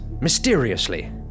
mysteriously